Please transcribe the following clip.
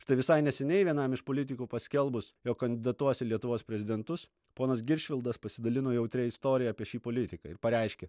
štai visai neseniai vienam iš politikų paskelbus jog kandidatuos į lietuvos prezidentus ponas giršvildas pasidalino jautria istorija apie šį politiką ir pareiškė